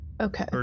Okay